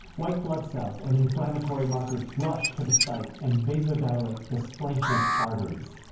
white blood cells and inflammatory markers rush to the site, and vasodilate the splanchnic arteries.